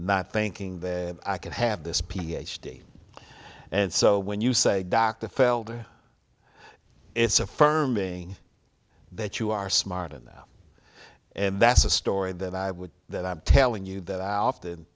not thinking that i could have this ph d and so when you say dr felder it's affirming that you are smart enough and that's a story that i would that i'm telling you that i often